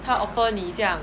他 offer 你这样